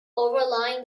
overlying